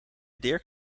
dirk